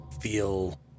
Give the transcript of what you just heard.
feel